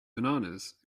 bananas